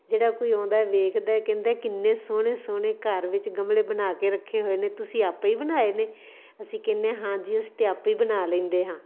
ਜਿਹੜਾ ਕੋਈ ਆਉਂਦਾ ਵੇਖਦਾ ਹੈ ਕਹਿੰਦਾ ਕਿੰਨੇ ਸੋਹਣੇ ਸੋਹਣੇ ਘਰ ਵਿੱਚ ਗਮਲੇ ਬਣਾ ਕੇ ਰੱਖੇ ਹੋਏ ਨੇ ਤੁਸੀਂ ਆਪੇ ਹੀ ਬਣਾਏ ਨੇ ਅਸੀਂ ਕਹਿਦੇ ਹਾਂ ਹਾਂਜੀ ਅਸੀਂ ਤਾਂ ਆਪੇ ਹੀ ਬਣਾ ਲੈਂਦੇ ਹਾਂ